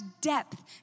depth